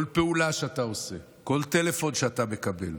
כל פעולה שאתה עושה, כל טלפון שאתה מקבל,